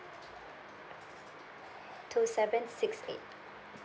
two seven six eight